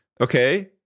okay